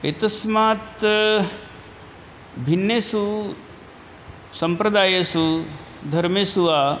एतस्मात् भिन्नेषु सम्प्रदायेषु धर्मेषु वा